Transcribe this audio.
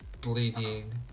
bleeding